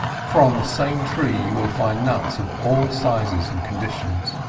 for on the same tree you will find nuts of all sizes and conditions.